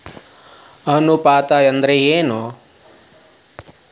ಅನುಪಾತ ಅಂದ್ರ ಏನ್?